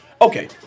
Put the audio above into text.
Okay